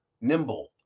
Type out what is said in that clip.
nimble